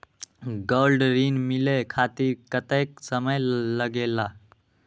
Gold ऋण मिले खातीर कतेइक समय लगेला?